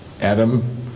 Adam